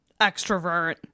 extrovert